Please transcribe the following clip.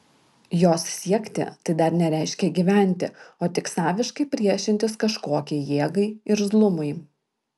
jos siekti tai dar nereiškia gyventi o tik saviškai priešintis kažkokiai jėgai irzlumui